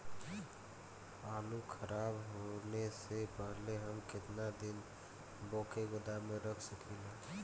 आलूखराब होने से पहले हम केतना दिन वोके गोदाम में रख सकिला?